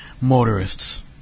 motorists